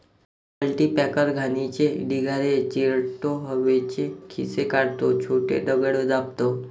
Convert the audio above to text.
cultipacker घाणीचे ढिगारे चिरडतो, हवेचे खिसे काढतो, छोटे दगड दाबतो